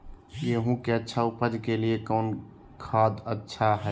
गेंहू के अच्छा ऊपज के लिए कौन खाद अच्छा हाय?